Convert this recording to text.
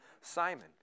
Simon